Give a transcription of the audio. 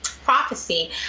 prophecy